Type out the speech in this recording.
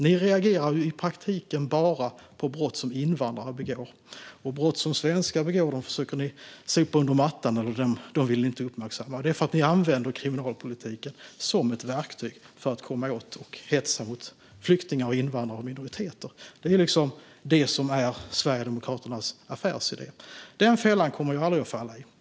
Ni reagerar i praktiken bara på brott som invandrare begår. Brott som svenskar begår försöker ni sopa under mattan. Dem vill ni inte uppmärksamma. Det är för att ni använder kriminalpolitiken som ett verktyg för att komma åt och hetsa mot flyktingar, invandrare och minoriteter. Det är liksom Sverigedemokraternas affärsidé. Den fällan kommer jag att aldrig att falla i.